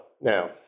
now